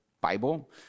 Bible